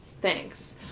thanks